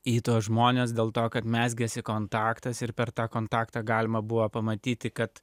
į tuos žmones dėl to kad mezgėsi kontaktas ir per tą kontaktą galima buvo pamatyti kad